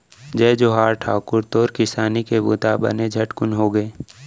जय जोहार ठाकुर, तोर किसानी के बूता बने झटकुन होगे?